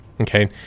Okay